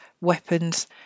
weapons